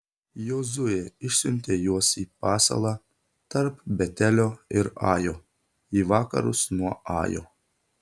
jozuė išsiuntė juos į pasalą tarp betelio ir ajo į vakarus nuo ajo